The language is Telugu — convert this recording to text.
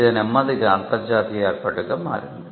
ఇది నెమ్మదిగా అంతర్జాతీయ ఏర్పాటుగా మారింది